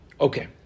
Okay